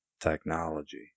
technology